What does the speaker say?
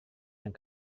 yang